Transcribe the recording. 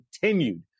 continued